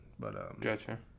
Gotcha